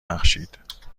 بخشید